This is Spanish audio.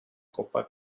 copa